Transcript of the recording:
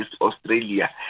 Australia